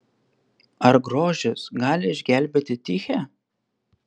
ar grožis gali išgelbėti tichę